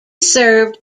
served